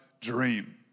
dream